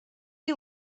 you